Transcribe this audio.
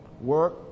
Work